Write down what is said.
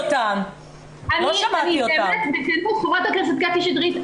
אני אומרת בכנות חברת הכנסת קטי שטרית.